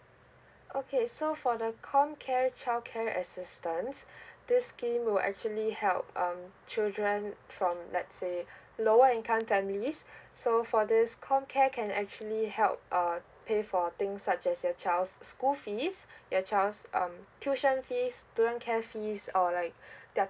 okay so for the comcare childcare assistance this scheme will actually help um children from let's say lower income families so for this comcare can actually help uh pay for things such as your child's school fees your child's um tuition fees student care fees or like their